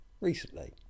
recently